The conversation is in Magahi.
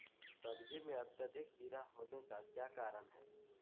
सब्जी में अत्यधिक कीड़ा होने का क्या कारण हैं?